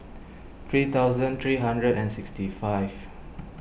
three thousand three hundred and sixty five